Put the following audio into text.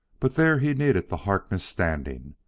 but there he needed the harkness standing,